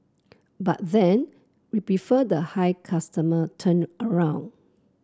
but then we prefer the high customer turnaround